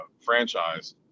franchise